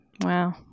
Wow